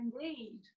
indeed